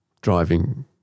driving